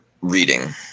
reading